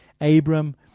Abram